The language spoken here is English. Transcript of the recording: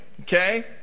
Okay